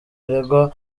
aregwa